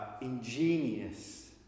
ingenious